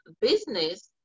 business